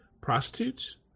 prostitutes